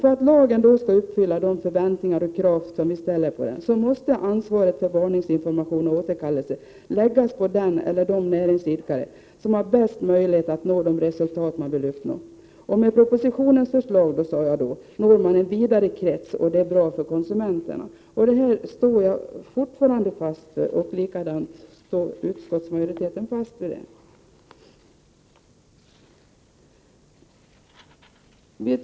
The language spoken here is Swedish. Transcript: För att lagen skall uppfylla de förväntningar och krav som vi ställer på den måste ansvaret för varningsinformation och återkallelse läggas på den eller de näringsidkare som har bäst möjlighet att åstadkomma de resultat som man vill uppnå. Med propositionens förslag når man en vidare krets, vilket är bra för konsumenterna. Detta står jag och utskottsmajoriteten fortfarande fast vid.